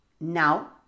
Now